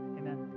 amen